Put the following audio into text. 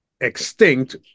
extinct